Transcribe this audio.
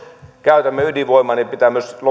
käytämme ydinvoimaa niin pitää myös